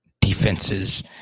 defenses